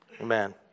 Amen